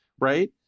right